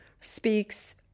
speaks